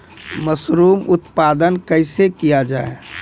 Mushroom उत्पादन कैसे किया जाय?